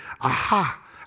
aha